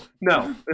no